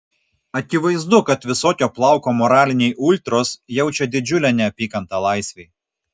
akivaizdu kad visokio plauko moraliniai ultros jaučia didžiulę neapykantą laisvei